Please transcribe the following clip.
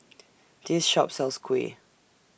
This Shop sells Kuih